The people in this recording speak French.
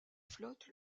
flotte